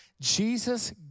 Jesus